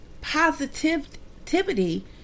positivity